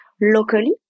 locally